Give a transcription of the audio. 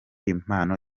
impano